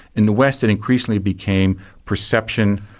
in the west it increasingly became perception,